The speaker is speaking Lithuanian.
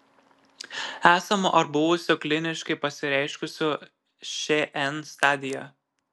esamo ar buvusio kliniškai pasireiškusio šn stadija